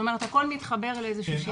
כלומר, הכול מתחבר לאיזשהו שינוי.